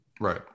Right